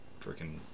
freaking